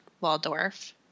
Waldorf